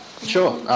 sure